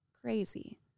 crazy